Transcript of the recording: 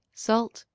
salt,